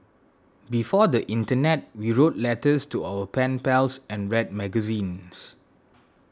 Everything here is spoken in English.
before the internet we wrote letters to our pen pals and read magazines